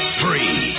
free